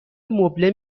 مبله